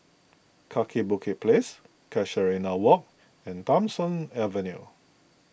Kaki Bukit Place Casuarina Walk and Tham Soong Avenue